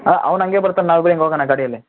ಅವ್ನು ಹಂಗೆ ಬರ್ತಾನೆ ನಾವಿಬ್ರು ಹಿಂಗೆ ಹೋಗೋಣ ಗಾಡಿಯಲ್ಲಿ